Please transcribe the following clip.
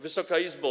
Wysoka Izbo!